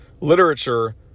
literature